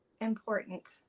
important